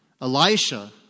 Elisha